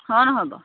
হয় নহয় বাৰু